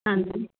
ਹਾਂਜੀ